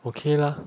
okay lah